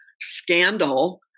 Scandal